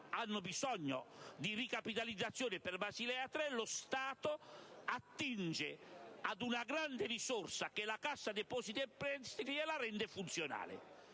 hanno bisogno di ricapitalizzazione per Basilea 3, e lo Stato attinge ad una grande risorsa, ossia la Cassa depositi e prestiti, e la rende funzionale.